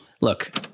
Look